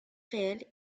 réel